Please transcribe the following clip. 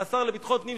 השר לביטחון פנים,